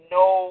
no